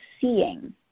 seeing